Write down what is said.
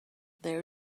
there